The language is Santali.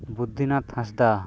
ᱵᱩᱫᱽᱫᱤ ᱱᱟᱛᱷ ᱦᱟᱸᱥᱫᱟ